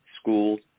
schools